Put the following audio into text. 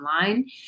online